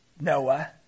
Noah